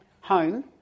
home